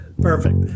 Perfect